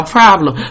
problem